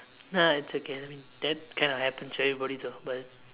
nah it's okay I mean that kinda happens to everybody though but